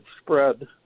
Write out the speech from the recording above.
spread